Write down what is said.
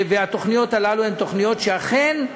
והתוכניות האלה הן תוכניות שאכן,